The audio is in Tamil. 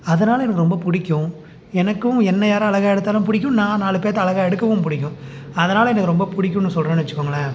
அதனால் எனக்கு ரொம்ப பிடிக்கும் எனக்கும் என்ன யாரும் அழகா எடுத்தாலும் பிடிக்கும் நான் நாலு பேர்த்த அழகா எடுக்கவும் பிடிக்கும் அதனால் எனக்கு ரொம்ப பிடிக்குன்னு சொல்லுறேன்னு வச்சுக்கோங்களேன்